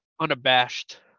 Unabashed